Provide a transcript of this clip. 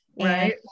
Right